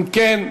אם כן,